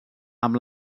amb